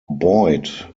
boyd